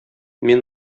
мин